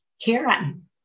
karen